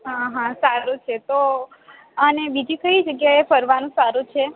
હાં હાં સારું છે તો અને બીજી કઈ જગ્યાએ ફરવાનું સારું છે